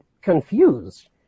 confused